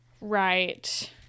Right